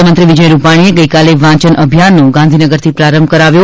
મુખ્યમંત્રી વિજય રૂપાણીએ ગઇકાલે વાંચન અભિયાનનો ગાંધીનગરથી પ્રારંભ કરાવ્યો